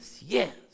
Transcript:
yes